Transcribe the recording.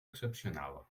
excepcional